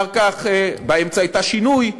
באמצע הייתה שינוי,